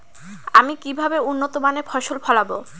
আমি কিভাবে উন্নত মানের ফসল ফলাবো?